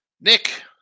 Nick